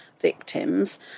victims